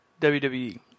WWE